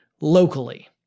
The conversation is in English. locally